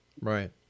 Right